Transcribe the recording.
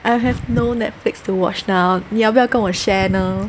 I have no Netflix to watch now 你要不要跟我 share 呢